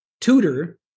tutor